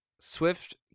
Swift